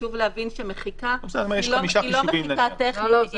חשוב להבין שמחיקה היא לא מחיקה טכנית,